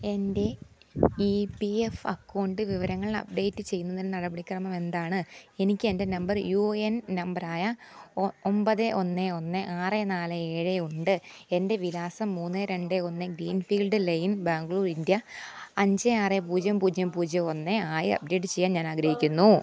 എന്റെ E P F account വിവരങ്ങളപ്ഡേറ്റ് ചെയ്യുന്നതിന് നടപടിക്രമം എന്താണ് എനിക്ക് എന്റെ നമ്പർ യൂ എൻ നമ്പരായ ഒൻപത് ഒന്ന് ഒന്ന് ആറ് നാല് ഏഴ് ഉണ്ട് എന്റെ വിലാസം മൂന്ന് രണ്ട് ഒന്ന് green field line Bangalore India അഞ്ച് ആറ് പൂജ്യം പൂജ്യം പൂജ്യം ഒന്ന് ആയി അപ്ഡേറ്റ് ചെയ്യാൻ ഞാൻ ആഗ്രഹിക്കുന്നു